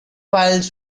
piles